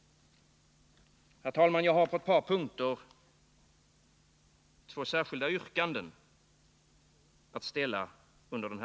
Herr talman!